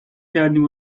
کردیم